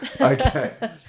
Okay